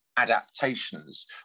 Adaptations